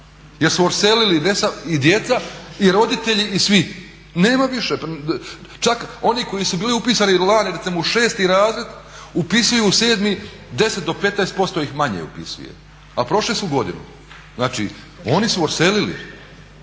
jer su odselili i djeca i roditelji i svi. Nema više, čak oni koji su bili upisani lani recimo u 6. razred upisuju 7., 10 do 15% ih manje upisuje, a prošli su godinu. Znači oni su odselili.